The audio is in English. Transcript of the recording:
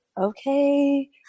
okay